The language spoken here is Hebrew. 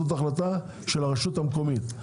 זאת החלטה של הרשות המקומית,